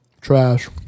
Trash